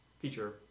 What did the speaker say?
Feature